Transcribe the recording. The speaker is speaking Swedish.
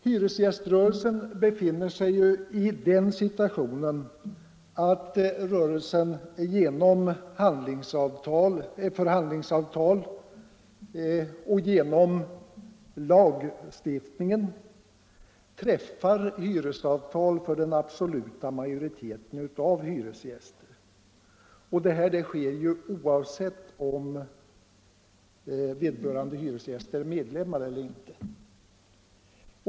Hyresgästföreningen befinner sig på grund av lagstiftningen i den situationen att rörelsen genom förhandlingsavtal träffar hyresavtal för en stor majoritet av alla hyresgäster. Detta sker oavsett om vederbörande hyresgäst är medlem eller inte.